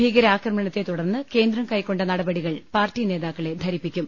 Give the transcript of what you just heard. ഭീകരാക്രമണത്തെ തുടർന്ന് കേന്ദ്രം കൈകൊണ്ട നടപടികൾ പാർട്ടി നേതാക്കളെ ധരിപ്പിക്കും